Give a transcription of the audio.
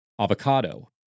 Avocado